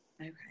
Okay